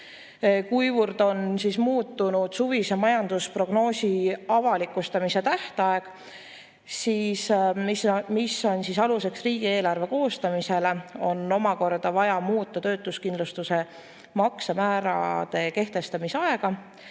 kuivõrd on muutunud suvise majandusprognoosi avalikustamise tähtaeg, mis on aluseks riigieelarve koostamisele, on omakorda vaja muuta töötuskindlustuse maksemäärade kehtestamise aega,